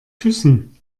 küssen